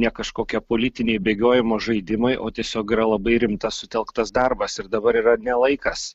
ne kažkokie politiniai bėgiojimo žaidimai o tiesiog yra labai rimtas sutelktas darbas ir dabar yra ne laikas